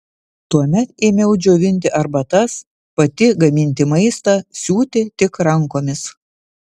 tuomet ėmiau džiovinti arbatas pati gaminti maistą siūti tik rankomis